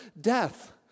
death